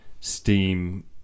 steam